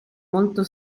molto